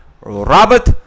robert